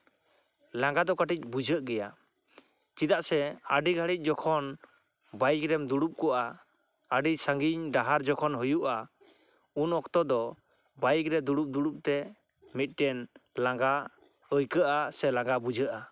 ᱞᱟᱸᱜᱟ ᱫᱚ ᱠᱟᱹᱴᱤᱡ ᱵᱩᱡᱷᱟᱹᱜ ᱜᱮᱭᱟ ᱪᱮᱫᱟᱜ ᱥᱮ ᱟᱹᱰᱤ ᱜᱷᱟᱹᱲᱤᱡ ᱡᱚᱠᱷᱚᱱ ᱵᱟᱭᱤᱠᱨᱮᱢ ᱫᱩᱲᱩᱵ ᱠᱚᱜᱼᱟ ᱟᱹᱰᱤ ᱥᱟᱺᱜᱤᱧ ᱰᱟᱦᱟᱨ ᱡᱚᱠᱷᱚᱱ ᱦᱩᱭᱩᱜᱼᱟ ᱥ ᱩᱱ ᱚᱠᱛᱚ ᱫᱚ ᱵᱟᱭᱤᱠ ᱨᱮ ᱫᱩᱲᱩᱵ ᱫᱩᱲᱩᱵᱛᱮ ᱢᱤᱫᱴᱮᱱ ᱞᱟᱸᱜᱟ ᱟᱹᱭᱠᱟᱹᱜᱼᱟ ᱥᱮ ᱞᱟᱸᱜᱟ ᱵᱩᱡᱷᱟᱹᱜᱼᱟ